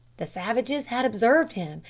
the savages had observed him,